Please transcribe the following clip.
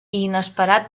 inesperat